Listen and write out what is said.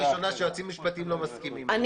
זו לא פעם ראשונה שיועצים משפטיים לא מסכימים אתי,